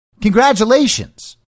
congratulations